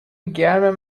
گرم